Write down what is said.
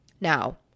Now